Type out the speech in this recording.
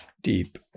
deep